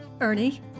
Ernie